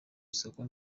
isoko